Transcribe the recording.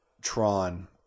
Tron